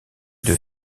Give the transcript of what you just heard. deux